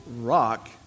rock